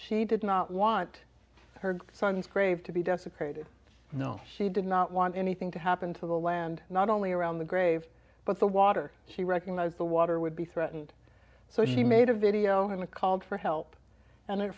she did not want her son's grave to be desecrated no she did not want anything to happen to the land not only around the grave but the water she recognized the water would be threatened so she made a video and called for help and at